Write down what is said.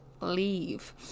leave